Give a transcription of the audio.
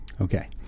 okay